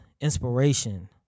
inspiration